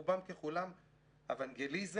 רובן ככולן אוונגליזם,